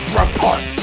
report